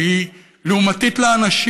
שהיא לעומתית לאנשים.